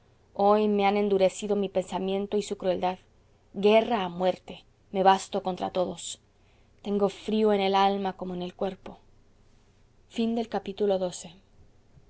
hoy me han endurecido mi pensamiento y su crueldad guerra a muerte me basto contra todos tengo frío en el alma como en el cuerpo xiii